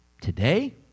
today